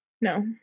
No